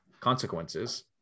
consequences